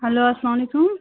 hello اسلام علیکُم